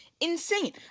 insane